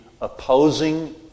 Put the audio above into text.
opposing